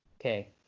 okay